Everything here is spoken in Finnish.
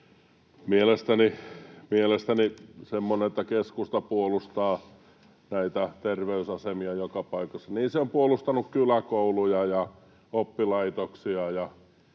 kommenteissaan. Keskusta puolustaa näitä terveysasemia joka paikassa, niin se on puolustanut kyläkouluja ja oppilaitoksia